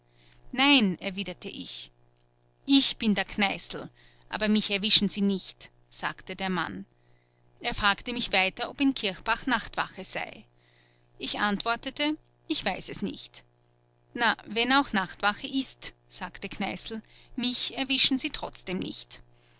nein erwiderte ich ich bin der kneißl aber mich erwischen sie nicht sagte der mann er fragte mich weiter ob in kirchbach nachtwache sei ich antwortete ich weiß es nicht na wenn auch nachtwache ist sagte kneißl mich erwischen sie trotzdem nicht